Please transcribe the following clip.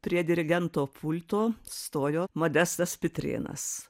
prie dirigento pulto stojo modestas pitrėnas